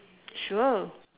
sure